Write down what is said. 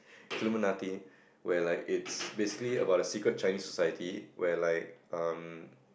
Killuminati where like it's basically about the secret Chinese society where like um